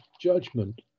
judgment